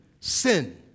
Sin